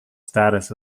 status